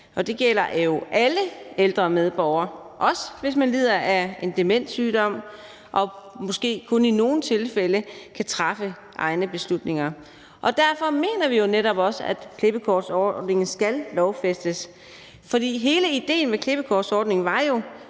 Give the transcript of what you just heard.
Det gælder alle ældre medborgere, også hvis man lider af en demenssygdom og måske kun i nogle tilfælde kan træffe egne beslutninger. Derfor mener vi netop også, at klippekortordningen skal lovfæstes, for hele idéen med klippekortordningen var jo,